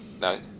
No